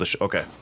Okay